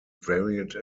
varied